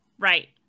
right